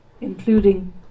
including